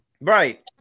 Right